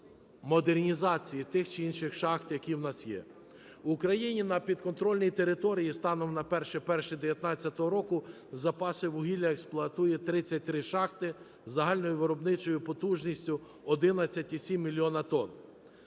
В Україні на підконтрольній території станом на 01.01.19-го року запаси вугілля експлуатує 33 шахти загальною виробничою потужністю 11,7 тонн.